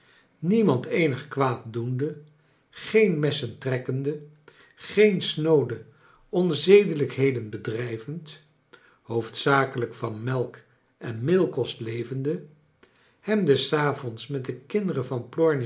niemahd eenig kwaad doende geen messen trekkende geen snoode onzedelijkheden bedrijvend hoofdzakelijk van melk en meelkost levende hem des avonds met de kinderen van